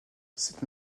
cette